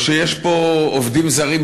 או שיש פה עובדים זרים,